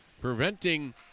preventing